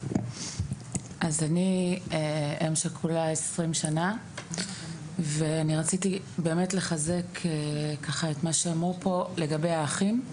אני אם שכולה 20 שנה ואני רציתי באמת לחזק את מה שאמרו פה לגבי האחים.